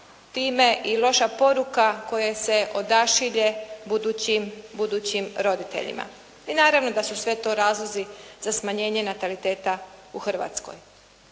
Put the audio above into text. time i loša poruka koje se odašilje budućim roditeljima. I naravno da su sve to razlozi za smanjenje nataliateta u Hrvatskoj.